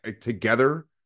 together